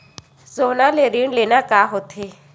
सोना ले ऋण लेना का होथे?